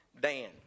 Dan